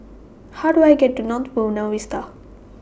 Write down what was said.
How Do I get to North Buona Vista